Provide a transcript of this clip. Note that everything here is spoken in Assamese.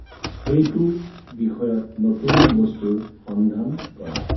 সেইটো বিষয়ত নতুন বস্তুৰ সন্ধান কৰা